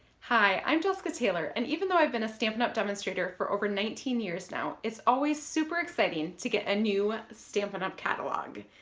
hi i'm jessica taylor and even though i've been a stampin' up! demonstrator for over nineteen years now it's always super exciting to get a new stampin' up! catalog.